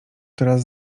teraz